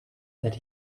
that